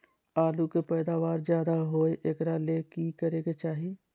आलु के पैदावार ज्यादा होय एकरा ले की करे के चाही?